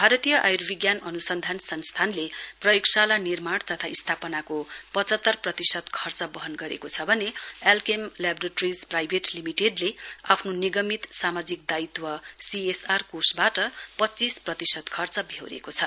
भारतीय आयूर्विज्ञान अनुसन्धान संस्थानले प्रयोगशाला निर्माण तथा स्थापनाको पचहत्तर प्रतिशत खर्च वहन गरेको छ भने अल्केम लेबोटोरिज प्राइबेट लिमिटेडले आफ्नो नियमित सामाजिक दायित्व सीएर आर कोषबाट पञ्चीस प्रतिशत खर्च बेहोरेको छ